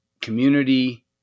community